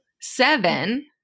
seven